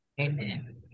Amen